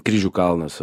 kryžių kalnas